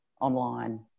online